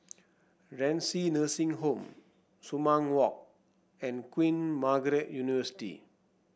Renci Nursing Home Sumang Walk and Queen Margaret University